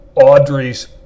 Audrey's